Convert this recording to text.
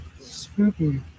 spooky